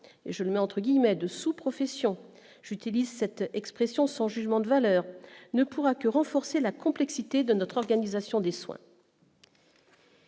et je mets entre guillemets de sous-profession j'utilise cette expression sans jugement de valeur, ne pourra que renforcer la complexité de notre organisation des soins.